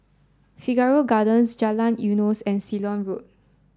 Figaro Gardens Jalan Eunos and Ceylon Road